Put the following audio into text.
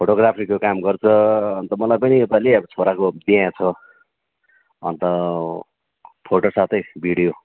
फोटोग्राफीको काम गर्छ अन्त मलाई पनि योपालि अब छोराको बिहा छ अन्त फोटो साथै भिडियो